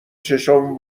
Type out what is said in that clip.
چشامو